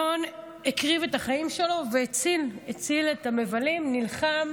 אלון הקריב את החיים שלו והציל את המבלים, נלחם